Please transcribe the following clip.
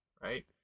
right